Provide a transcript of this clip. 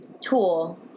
tool